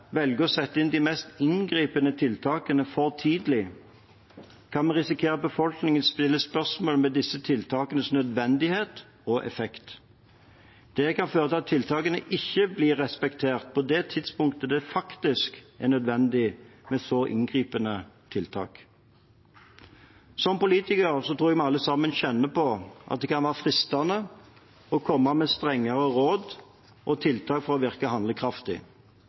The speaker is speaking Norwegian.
å sette inn de mest inngripende tiltakene for tidlig, kan vi risikere at befolkningen stiller spørsmål ved disse tiltakenes nødvendighet og effekt. Det kan føre til at tiltakene ikke vil bli respektert på det tidspunktet det faktisk er nødvendig med så inngripende tiltak. Som politikere tror jeg vi alle sammen kjenner på at det kan være fristende å komme med strengere råd og tiltak for å virke